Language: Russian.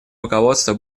руководства